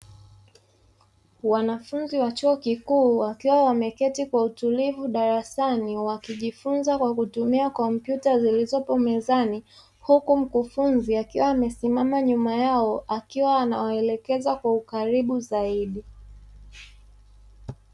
Wanafunzi wa chuo kikuu wakiwa wameketi kwa utulivu darasani wakijifunza kwa kutumia kompyuta zilizopo mezani, huku mkufunzi akiwa amesimama nyuma yao akiwa anawaelekeza kwa ukaribu zaidi.